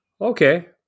Okay